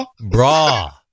Bra